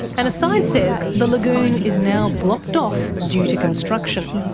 and a sign says the lagoon is now blocked off due to construction.